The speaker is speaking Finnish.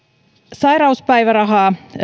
sairauspäivärahaa